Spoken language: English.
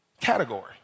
category